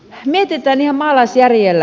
mietitään ihan maalaisjärjellä